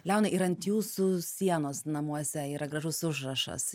leonai ir ant jūsų sienos namuose yra gražus užrašas